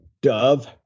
dove